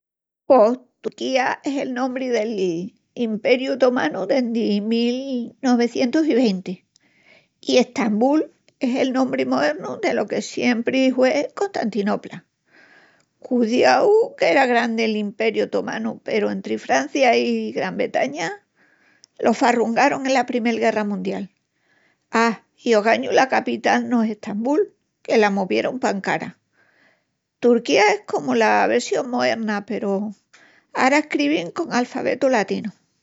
Pos Turquía es el nombri del Imperiu Otomanu dendi'l mil nuevicientus i venti. I Estambul, es el nombri moernu delo que siempri hue Constantinopla. Cudiau qu'era grandi l'Imperiu Otomanu peru entri Francia i Gran Bretaña lo farrungarun ena Primel Guerra Mundial. A, i ogañu la capital no es Estambul, que la movierun pa Ankara. Turquía es comu la vessión moerna, porque ara escrevin col alfabetu latinu.